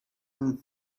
and